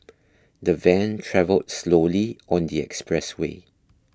the van travelled slowly on the expressway